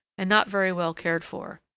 and not very well cared for.